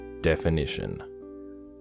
Definition